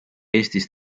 eestis